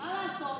-- מה לעשות.